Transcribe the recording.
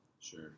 Sure